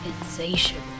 insatiable